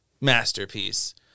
masterpiece